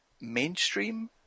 mainstream